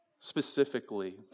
Specifically